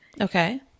Okay